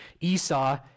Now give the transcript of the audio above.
Esau